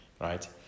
Right